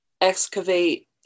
excavate